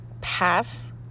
pass